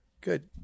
good